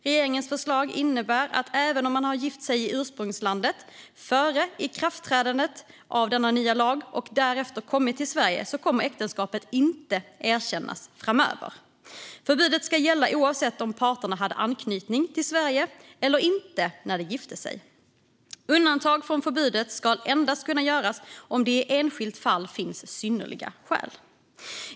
Regeringens förslag innebär att även om man har gift sig i ursprungslandet före ikraftträdandet av denna nya lag och därefter kommit till Sverige kommer äktenskapet inte att erkännas framöver. Förbudet ska gälla oavsett om parterna hade anknytning till Sverige eller inte när de gifte sig. Undantag från förbudet ska endast kunna göras om det i ett enskilt fall finns synnerliga skäl.